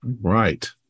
Right